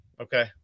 Okay